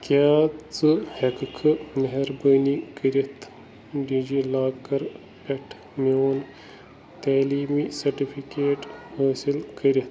کیٛاہ ژٕ ہیٚکہِ کھا مہربٲنی کٔرِتھ ڈی جی لاکر پٮ۪ٹھ میٛون تعلیٖمی سٔرٹِفِکیٹ حٲصِل کٔرِتھ